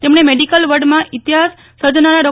તેમણે મેડિકલ વર્લ્ડમાં ઈતિહાસ સર્જનારા ડો